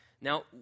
Now